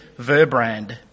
Verbrand